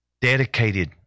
dedicated